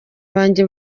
banjye